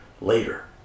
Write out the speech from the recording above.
later